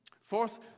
Fourth